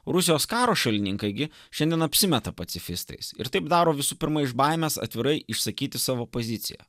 rusijos karo šalininkai gi šiandien apsimeta pacifistais ir taip daro visų pirma iš baimės atvirai išsakyti savo poziciją